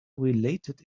related